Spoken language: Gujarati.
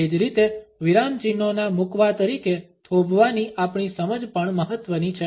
એ જ રીતે વિરામચિહ્નોના મુકવા તરીકે થોભવાની આપણી સમજ પણ મહત્વની છે